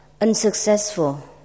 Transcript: unsuccessful